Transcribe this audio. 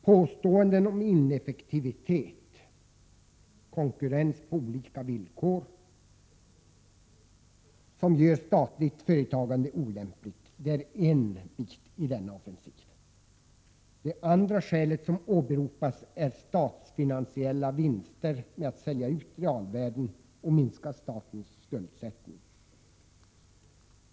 Påståenden om ineffektivitet och konkurrens på olika villkor som gör statligt företagande olämpligt är en bit i denna offensiv. Ett annat skäl som åberopas är statsfinansiella vinster med att sälja ut realvärden och minska statens skuldsättning.